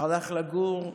הלך לגור במודיעין.